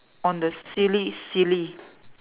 on the silly silly